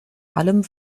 allem